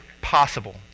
possible